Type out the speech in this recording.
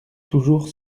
toujours